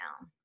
now